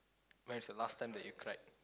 when is the last time that you cried